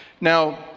Now